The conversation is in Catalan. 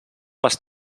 les